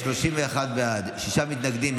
31 בעד, שישה מתנגדים.